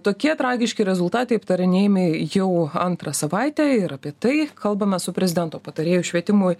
tokie tragiški rezultatai aptarinėjami jau antrą savaitę ir apie tai kalbamės su prezidento patarėju švietimui